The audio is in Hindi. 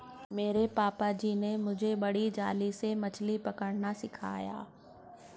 मेरे पापा जी ने मुझे बड़ी जाली से मछली पकड़ना सिखाया